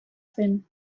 zen